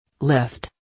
Lift